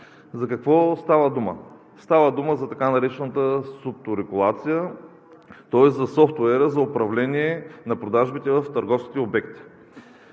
За какво става дума? Става дума за така наречената СУПТО регулация, тоест за софтуера за управление на продажбите в търговските обекти.